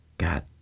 God